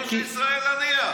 אחותו של איסמעיל הנייה.